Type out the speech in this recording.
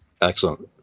Excellent